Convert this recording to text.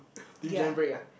then you jam break ah